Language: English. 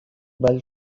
bulb